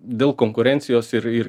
dėl konkurencijos ir ir